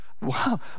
Wow